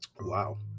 Wow